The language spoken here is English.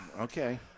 Okay